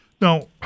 Now